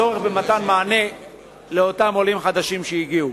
צורך במתן מענה לאותם עולים חדשים שהגיעו.